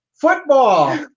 football